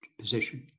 position